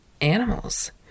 animals